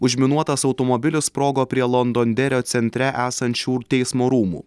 užminuotas automobilis sprogo prie londonderio centre esančių teismo rūmų